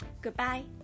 goodbye